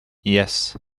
yes